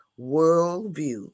worldview